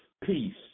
peace